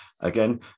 Again